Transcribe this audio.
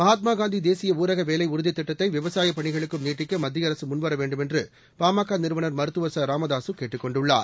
மகாத்மா காந்தி தேசிய ஊரக வேலை உறுதி திட்டத்தை விவசாயப் பணிகளுக்கும் நீட்டிக்க மத்திய அரசு முன்வர வேண்டுமென்று பாமக நிறுவனர் மருத்துவர் ச ராமதாசு கேட்டுக் கொண்டுள்ளார்